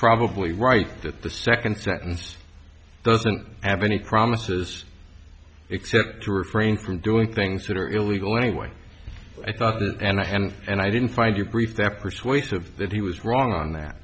probably right that the second sentence doesn't have any promises except to refrain from doing things that are illegal anyway i thought and i didn't find your brief that persuasive that he was wrong on that